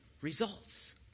results